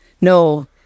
no